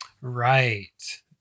Right